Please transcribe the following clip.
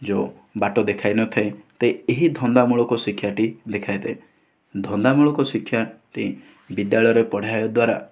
ଯେଉଁ ବାଟ ଦେଖାଇନଥାଏ ଏହି ଧନ୍ଦାମୂଳକ ଶିକ୍ଷାଟି ଦେଖାଇଥାଏ ଧନ୍ଦାମୂଳକ ଶିକ୍ଷାଟି ବିଦ୍ୟାଳୟରେ ପଢ଼ାଇବା ଦ୍ଵାରା